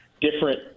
different